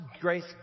grace